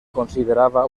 considerava